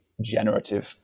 generative